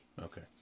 Okay